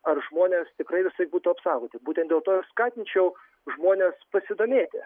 ar žmonės tikrai visai būtų apsaugoti būtent dėl to ir skatinčiau žmones pasidomėti